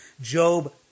Job